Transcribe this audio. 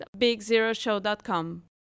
Bigzeroshow.com